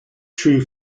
true